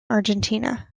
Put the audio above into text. argentina